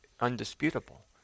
undisputable